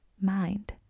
mind